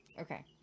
Okay